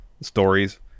stories